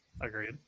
Agreed